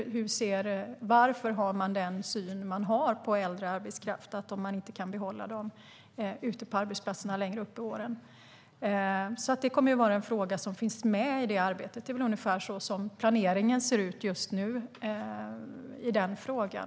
Varför har man den syn man har på äldre arbetskraft att man inte kan behålla den ute på arbetsplatserna längre upp i åren? Det kommer att vara en fråga som finns med i det arbetet. Det är ungefär så som planeringen ser ut just nu i den frågan.